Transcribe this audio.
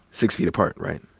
six feet apart, right.